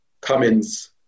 Cummins